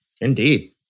Indeed